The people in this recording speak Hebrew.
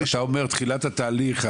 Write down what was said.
אתה אומר שתחילת ההליך,